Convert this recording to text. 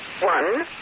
one